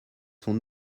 sont